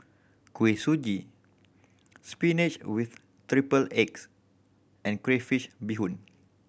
Kuih Suji spinach with triple eggs and crayfish beehoon